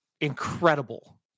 incredible